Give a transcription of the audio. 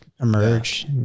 emerge